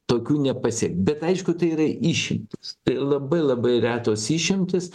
tokių nepasiekt bet aišku tai yra išimtys labai labai retos išimtys